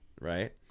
Right